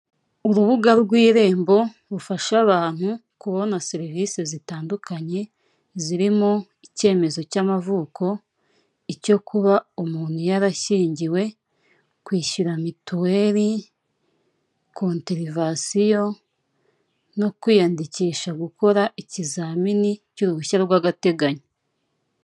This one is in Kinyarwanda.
Urubuga rw'irembo rufasha abantu kubona serivise zitandukanye zirimo; icyemezo cy'amavuko, icyo kuba umuntu yarashingiwe, kwishyura mituweri, konturivasiyo no kwiyandikisha gukora ikizamini cy'uruhushya rw'agateganyo.